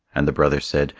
and the brother said,